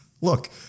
Look